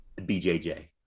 BJJ